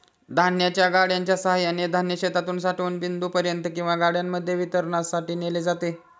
धान्याच्या गाड्यांच्या सहाय्याने धान्य शेतातून साठवण बिंदूपर्यंत किंवा गाड्यांमध्ये वितरणासाठी नेले जाते